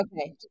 Okay